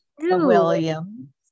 William